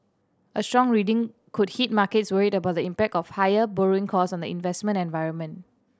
a strong reading could hit markets worried about the impact of higher borrowing costs on the investment environment